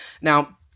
Now